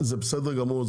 זה בסדר גמור,